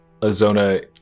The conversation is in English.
Azona